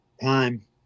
time